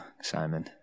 Simon